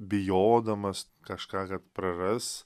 bijodamas kažką praras